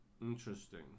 Interesting